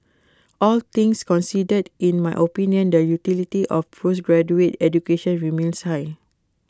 all things considered in my opinion the utility of postgraduate education remains high